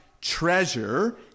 treasure